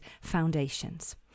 foundations